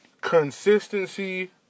consistency